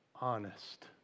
Honest